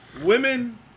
Women